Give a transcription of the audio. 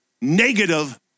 negative